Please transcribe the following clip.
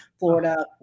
Florida